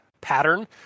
pattern